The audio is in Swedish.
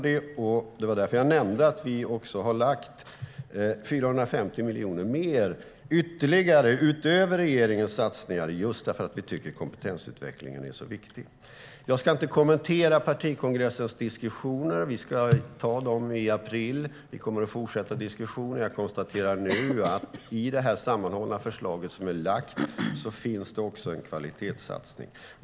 Det var därför jag nämnde att vi har lagt 450 miljoner mer utöver regeringens satsningar därför att vi tycker att kompetensutvecklingen är så viktig. Jag ska inte kommentera partikongressens diskussioner. Vi ska ha den i april, och vi kommer att fortsätta diskussionen. Jag konstaterar nu att i det framlagda sammanhållna förslaget finns en kvalitetssatsning.